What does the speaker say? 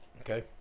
Okay